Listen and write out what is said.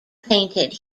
painted